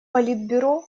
политбюро